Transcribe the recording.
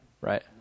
Right